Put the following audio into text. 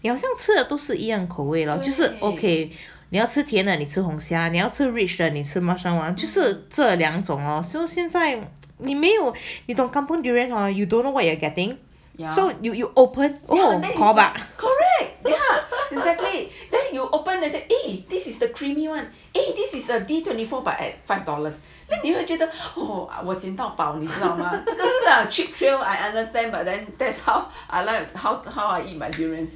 yeah exactly then I will open and this is the creamy [one] eh this is a D twenty four but at five dollars then 你觉得你检到宝 lah cheap thrill I understand but then that's how I like how how I eat my durians